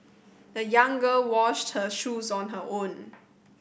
the young girl washed her shoes on her own